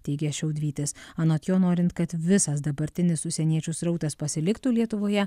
teigė šiaudvytis anot jo norint kad visas dabartinis užsieniečių srautas pasiliktų lietuvoje